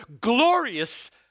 glorious